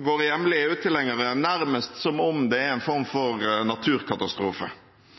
våre hjemlige EU-tilhengere nærmest som om det er en form